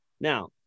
Now